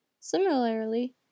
Similarly